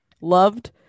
loved